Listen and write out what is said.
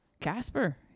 Casper